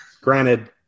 Granted